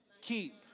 Keep